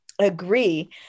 agree